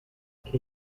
can